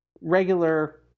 regular